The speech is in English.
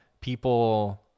people